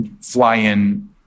fly-in